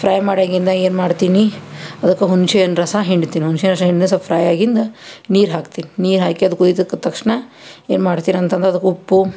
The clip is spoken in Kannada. ಫ್ರೈ ಮಾಡ್ಯಾಗಿಂದ ಏನು ಮಾಡ್ತೀನಿ ಅದಕ್ಕೆ ಹುಣ್ಸೆಹಣ್ಣು ರಸ ಹಿಂಡ್ತೀನಿ ಹುಣ್ಸೆಹಣ್ಣು ರಸ ಹಿಂಡಿ ಸ್ವಲ್ಪ ಫ್ರೈ ಆಗಿಂದ ನೀರು ಹಾಕ್ತೀನಿ ನೀರು ಹಾಕಿ ಅದು ಕುದಿತಿದ್ದ ತಕ್ಷಣ ಏನು ಮಾಡ್ತೀನಿ ಅಂತಂದ್ರೆ ಅದಕ್ಕೆ ಉಪ್ಪು